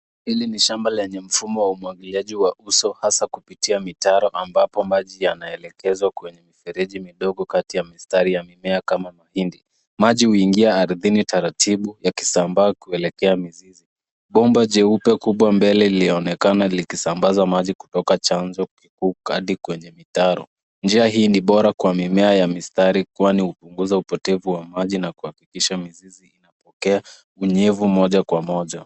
Hili ni shamba lenye mfumo wa umwagiliaji wa uso hasa kupitia mitaro ambapo maji yanaelekezwa kwenye mifereji midogo kati ya mistari ya mimea kama mahindi. Maji uingia ardhini taratibu ya kisamba kuelekea mizizi. Bomba jeupe kubwa mbele lionekana likisambaza maji kutoka chanzo kikuu kadi kwenye mitaro. Njia hii ndio bora kwa mimea ya mistari kwani hupunguza upotevu wa maji na kuakikisha mizizi inapokea unyevu moja kwa moja.